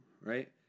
right